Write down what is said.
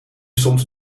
soms